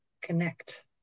connect